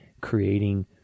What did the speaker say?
creating